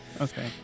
okay